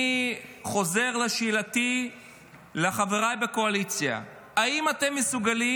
אני חוזר לשאלתי לחבריי בקואליציה: האם אתם מסוגלים